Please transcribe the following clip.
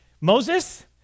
Moses